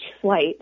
flight